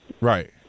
right